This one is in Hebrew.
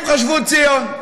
הם חשבו: ציון.